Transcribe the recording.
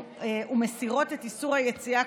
ומסירות את איסור היציאה,